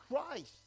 Christ